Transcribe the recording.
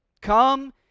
Come